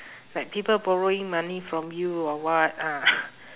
like people borrowing money from you or what ah